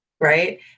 right